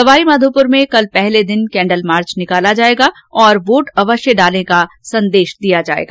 सवाईमाघोपुर में कल पहले दिन कैंडल मार्च निकाला जाएगा और वोट अवश्य डाले का संदेश दिया जाएगा